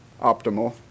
optimal